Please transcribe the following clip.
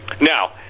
Now